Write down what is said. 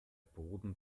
boden